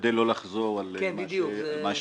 אשתדל לא לחזור על מה שנאמר.